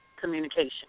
communication